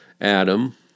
Adam